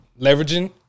leveraging